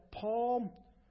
Paul